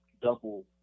double